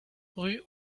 rue